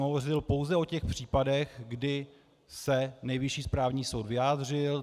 Hovořil jsem pouze o těch případech, kdy se Nejvyšší správní soud vyjádřil.